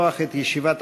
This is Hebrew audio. שולחן